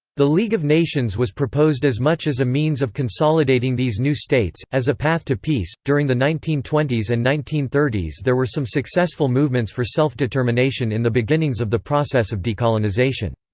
the league of nations was proposed as much as a means of consolidating these new states, as a path to peace during the nineteen twenty s and nineteen thirty s there were some successful movements for self-determination in the beginnings of the process of decolonization.